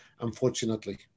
unfortunately